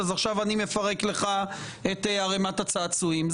אז עכשיו אני מפרק לך את ערימת הצעצועים.